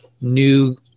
new